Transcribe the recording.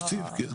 תקציב, כן.